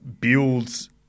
builds